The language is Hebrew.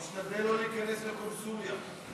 נשתדל שלא להיכנס לקונסוליה.